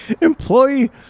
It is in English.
employee